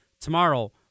tomorrow